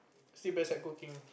still best at cooking